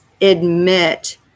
admit